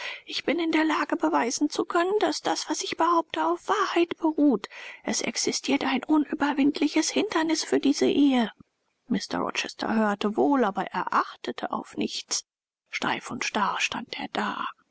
ich bin in der lage beweisen zu können daß das was ich behaupte auf wahrheit beruht es existiert ein unüberwindliches hindernis für diese ehe mr rochester hörte wohl aber er achtete auf nichts steif und starr stand er da